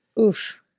Oof